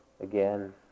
again